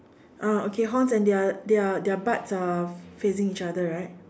ah okay horns and their their their butts are facing each other right